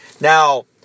Now